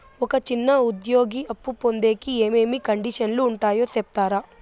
ఒక చిన్న ఉద్యోగి అప్పు పొందేకి ఏమేమి కండిషన్లు ఉంటాయో సెప్తారా?